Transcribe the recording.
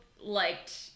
liked